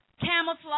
camouflage